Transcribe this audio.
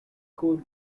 goal